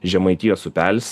žemaitijos upelis